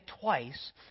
twice